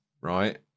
right